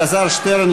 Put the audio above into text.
אלעזר שטרן,